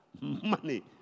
Money